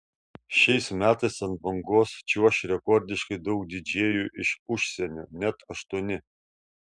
šiais metais ant bangos čiuoš rekordiškai daug didžėjų iš užsienio net aštuoni